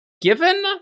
given